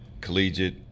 collegiate